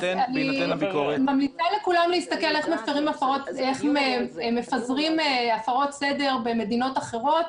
אני ממליצה לכולם להסתכל איך מפזרים הפרות סדר במדינות אחרות,